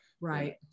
Right